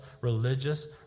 religious